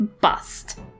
bust